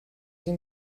این